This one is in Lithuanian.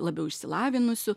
labiau išsilavinusių